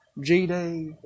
G-Day